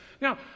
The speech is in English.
Now